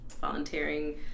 volunteering